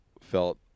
felt